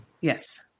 Yes